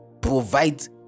provide